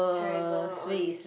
terrible all these